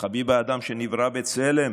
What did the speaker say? "חביב אדם שנברא בצלם",